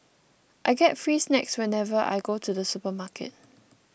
I get free snacks whenever I go to the supermarket